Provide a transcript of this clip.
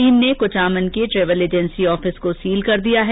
team ने कुचामन के travel agency office को सील कर दिया है